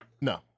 No